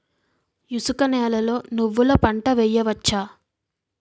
ఇసుక నేలలో నువ్వుల పంట వేయవచ్చా?